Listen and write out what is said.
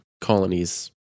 colonies